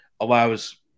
allows